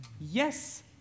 Yes